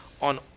on